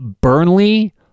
Burnley